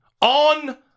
on